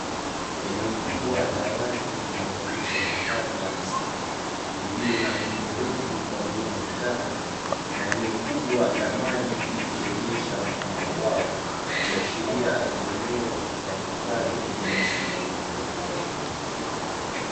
Eneo kubwa la wazi linaloonyesha hifadhi ya misitu, lililo na miti mirefu pamoja na vichaka, na eneo lenye ukubwa wa maji likionyesha mfano wa bwawa, ikiashiria ni eneo la hifadhi ya misitu.